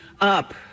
up